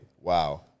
wow